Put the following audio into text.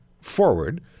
forward